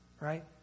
Right